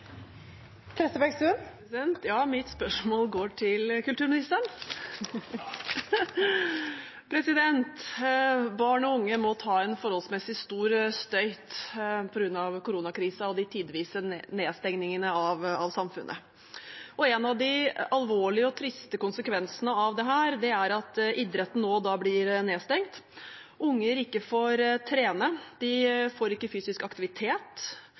Mitt spørsmål går til kulturministeren. Barn og unge må ta en uforholdsmessig stor støyt på grunn av koronakrisen og de tidvise nedstengingene av samfunnet. En av de alvorlige og triste konsekvensene av dette er at idretten også blir nedstengt. Unger får ikke trene, de får ikke